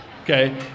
Okay